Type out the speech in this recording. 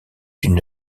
une